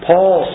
Paul